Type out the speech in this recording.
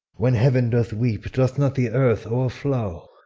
when heaven doth weep, doth not the earth o'erflow?